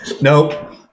Nope